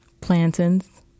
plantains